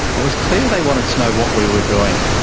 it was clear they wanted to know what we were doing.